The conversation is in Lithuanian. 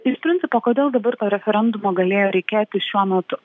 iš principo kodėl dabar to referendumo galėjo reikėti šiuo metu